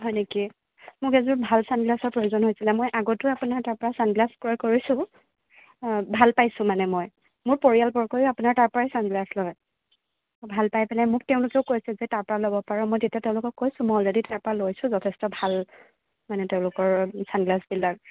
হয় নেকি মোক এযোৰ ভাল ছানগ্লাছৰ প্ৰয়োজন হৈছিলে মই আগতো আপোনাৰ তাৰপৰা ছানগ্লাছ ক্ৰয় কৰিছোঁ ভাল পাইছোঁ মানে মই মোৰ পৰিয়ালবৰ্গইয়ো আপোনাৰ তাৰপৰাই ছানগ্লাছ লয় ভালপাই পেলাই মোক তেওঁলোকেও কৈছে যে তাৰপৰা ল'ব পাৰ মই তেতিয়া তেওঁলোকক কৈছোঁ মই অলৰেডি তাৰপৰা লৈছোঁ যথেষ্ট ভাল মানে তেওঁলোকৰ ছানগ্লাছবিলাক